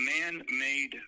man-made